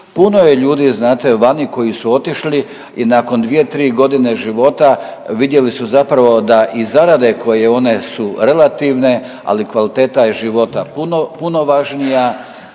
Puno je ljudi znate vani koji su otišli i nakon 2-3.g. života vidjeli su zapravo da i zarade koje one su relativne, ali kvaliteta života je puno, puno važnija